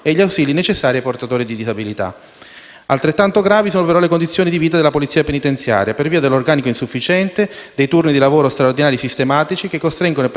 Altrettanto gravi sono le condizioni di vita della polizia penitenziaria, per via dell'organico insufficiente e di turni di lavoro straordinario sistematici, che costringono il personale a fronteggiare da soli situazioni potenzialmente